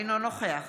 אינו נוכח